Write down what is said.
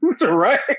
right